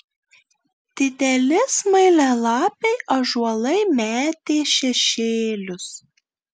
dideli smailialapiai ąžuolai metė šešėlius